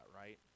right